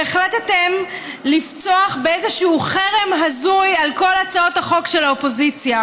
והחלטתם לפתוח באיזשהו חרם הזוי על כל הצעות החוק של האופוזיציה,